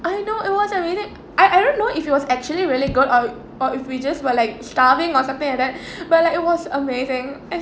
I know it wasn't really I I don't know if it was actually really good or if we just were like starving or something like that but like it was amazing I